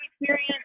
experience